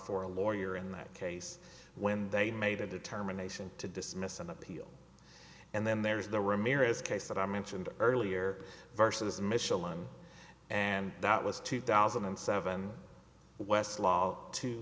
for a lawyer in that case when they made a determination to dismiss an appeal and then there's the ramirez case that i mentioned earlier versus micheline and that was two thousand and seven west law two